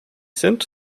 sind